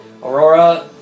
Aurora